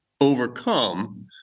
overcome